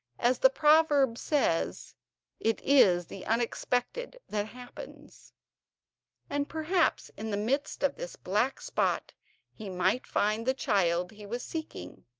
as the proverb says it is the unexpected that happens and perhaps in the midst of this black spot he might find the child he was seeking.